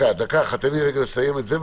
דקה אחת, תן לי רגע לסיים את זה.